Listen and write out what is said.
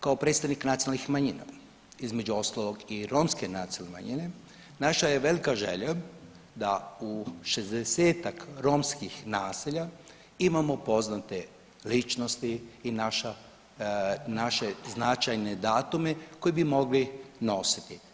Kao predstavnik nacionalnih manjina, između ostalog i romske nacionalne manjine, naša je velika želja da u 60-ak romskih naselja imamo poznate ličnosti i naša, naše značajne datume koji bi mogli nositi.